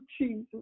Jesus